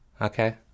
Okay